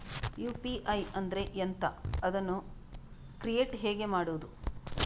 UPI ಅಂದ್ರೆ ಎಂಥ? ಅದನ್ನು ಕ್ರಿಯೇಟ್ ಹೇಗೆ ಮಾಡುವುದು?